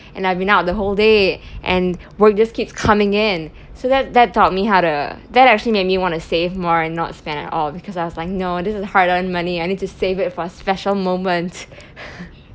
and I've been out the whole day and work just keeps coming in so that that taught me how to that actually made me want to save more and not spend at all because I was like no this is hard earned money I need to save it for special moment